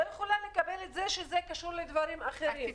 ואני לא יכולה לקבל את זה שזה קשור לדברים אחרים.